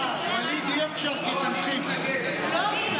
אני רוצה לנצל את הנוכחות של השרה להגנת הסביבה עידית